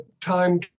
time